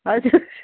हजुर